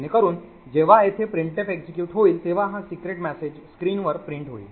जेणेकरून जेव्हा येथे printf execute होईल तेव्हा हा secret message स्क्रीनवर प्रिंट होईल